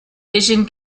vision